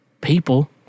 People